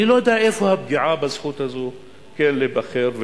אני לא יודע איפה הפגיעה בזכות הזאת כן להיבחר,